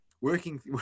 working